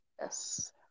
Yes